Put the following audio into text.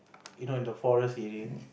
you know in the forest area